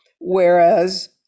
whereas